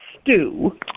stew